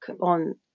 on